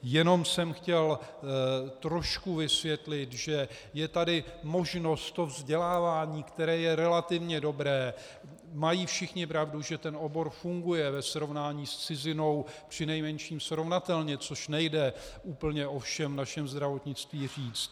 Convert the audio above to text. Jenom jsem chtěl trošku vysvětlit, že je tady možnost vzdělávání, které je relativně dobré mají všichni pravdu, že ten obor funguje ve srovnání s cizinou přinejmenším srovnatelně, což nejde úplně o všem v našem zdravotnictví říct.